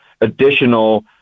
additional